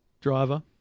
Driver